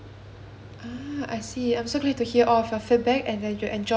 ah I see I'm so glad to hear all of your feedback and that you enjoy your stay